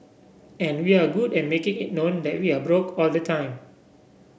and we're good at making it known that we are broke all the time